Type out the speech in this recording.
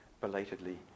belatedly